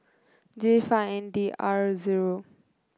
J five N D R zero